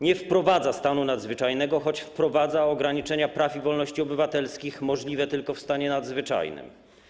Nie wprowadza stanu nadzwyczajnego, choć wprowadza ograniczenia praw i wolności obywatelskich możliwe tylko w stanie nadzwyczajnym.